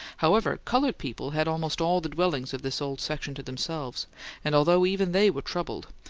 however, coloured people had almost all the dwellings of this old section to themselves and although even they were troubled,